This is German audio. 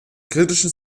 kritischen